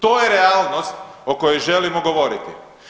To je realnost o kojoj želimo govoriti.